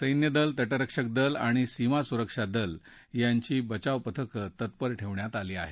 सैन्यदल तटरक्षक दल आणि सीमासुरक्षा दल यांची बचाव पथकं तत्पर ठेवण्यात आली आहेत